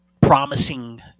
promising